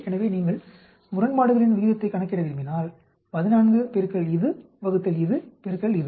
எனவே நீங்கள் முரண்பாடுகளின் விகிதத்தை கணக்கிட விரும்பினால் 14 பெருக்கல் இது வகுத்தல் இது பெருக்கல் இது